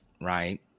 right